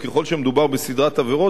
וככל שמדובר בסדרת עבירות,